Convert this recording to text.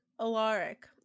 Alaric